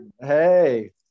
Hey